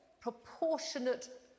proportionate